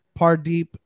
Pardeep